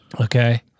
Okay